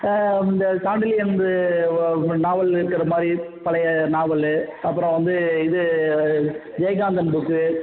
இந்த சாண்டிலி அன்பு வ நாவல் இருக்கிற மாதிரி பழைய நாவல் அப்புறம் வந்து இது ஜெயகாந்தன் புக்கு